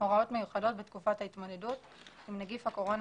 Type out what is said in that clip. "100ב.הוראות מיוחדות בתקופת ההתמודדות עם נגיף הקורונה